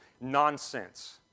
Nonsense